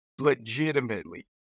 legitimately